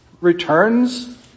returns